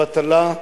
בטלה היא